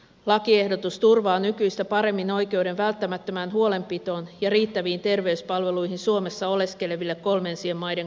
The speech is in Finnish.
lakiehdotus turvaa nykyistä paremmin oikeuden välttämättömään huolenpitoon ja riittäviin terveyspalveluihin suomessa oleskeleville kolmansien maiden kansalaisille